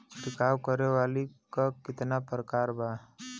छिड़काव करे वाली क कितना प्रकार बा?